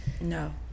No